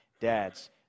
Dads